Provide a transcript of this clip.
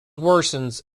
worsens